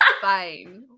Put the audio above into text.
fine